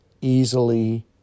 easily